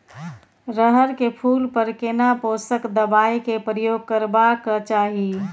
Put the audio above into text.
रहर के फूल पर केना पोषक दबाय के प्रयोग करबाक चाही?